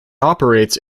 operates